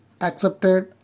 accepted